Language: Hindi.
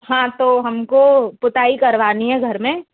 हाँ तो हम को पुताई करवानी है घर में